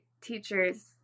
teachers